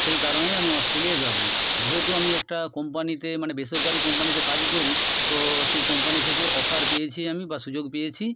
সেই কারণেই আমি অস্ট্রেলিয়া যাবো যেহেতু আমি একটা কোম্পানিতে মানে বেসরকারি কোম্পানিতে কাজ করি তো সেই কোম্পানি থেকে অফার পেয়েছি আমি বা সুযোগ পেয়েছি